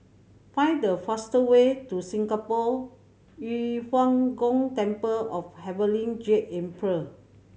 find the fast way to Singapore Yu Huang Gong Temple of Heavenly Jade Emperor